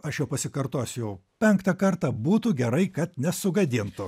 aš jau pasikartosiu jau penktą kartą būtų gerai kad nesugadintų